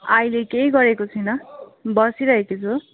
अहिले केही गरेको छुइनँ बसिरहेको छु